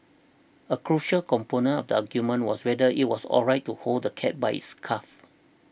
a crucial component of the argument was whether it was alright to hold the cat by its scuff